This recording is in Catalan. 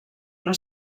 una